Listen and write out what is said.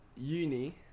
uni